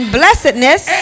blessedness